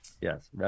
Yes